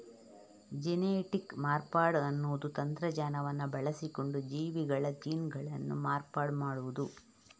genetic ಮಾರ್ಪಾಡು ಅನ್ನುದು ತಂತ್ರಜ್ಞಾನವನ್ನ ಬಳಸಿಕೊಂಡು ಜೀವಿಗಳ ಜೀನ್ಗಳನ್ನ ಮಾರ್ಪಾಡು ಮಾಡುದು